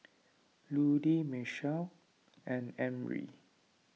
Ludie Michell and Emry